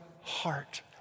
heart